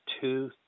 two